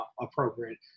appropriate